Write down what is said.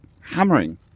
hammering